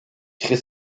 crée